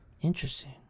Interesting